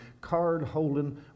card-holding